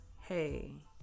hey